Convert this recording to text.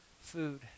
food